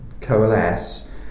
coalesce